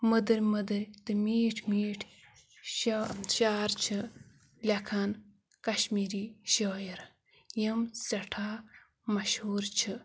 مٔدٕرۍ مٔدٕرۍ تہٕ میٖٹھۍ میٖٹھۍ شع شعر چھِ لیکھان کَشمیٖری شٲعِر یِم سٮ۪ٹھاہ مشہوٗر چھِ